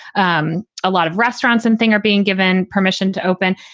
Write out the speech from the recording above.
um a lot of restaurants and thing are being given permission to open.